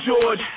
George